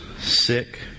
sick